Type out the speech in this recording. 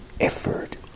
effort